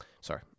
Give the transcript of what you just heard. sorry